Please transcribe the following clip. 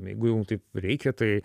jeigu jau taip reikia tai